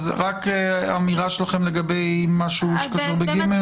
אמירה שלכם לגבי מה שכתוב ב-(ג).